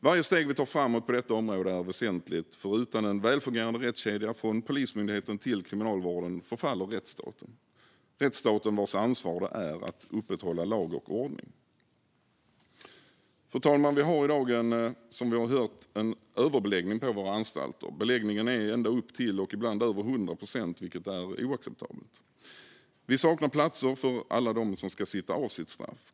Varje steg vi tar framåt på detta område är väsentligt, för utan en välfungerande rättskedja, från Polismyndigheten till Kriminalvården, förfaller rättsstaten - den rättsstat vars ansvar det är att upprätthålla lag och ordning. Fru talman! Vi har i dag, som vi har hört, en överbeläggning på våra anstalter. Beläggningen är ända upp till och ibland över 100 procent, vilket är oacceptabelt. Vi saknar platser för alla som ska sitta av sitt straff.